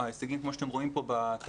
כמו שאתם רואים פה בטבלה,